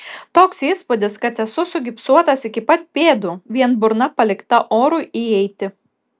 toks įspūdis kad esu sugipsuotas iki pat pėdų vien burna palikta orui įeiti